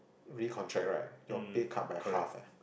recontract right your pay cut by half leh